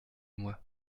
moi